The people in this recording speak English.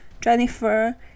Jennifer